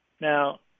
Now